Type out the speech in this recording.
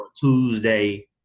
Tuesday